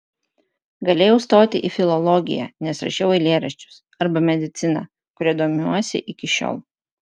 galėjau stoti į filologiją nes rašiau eilėraščius arba mediciną kuria domiuosi iki šiol